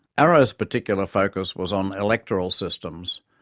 arrow's particular focus was on electoral systems,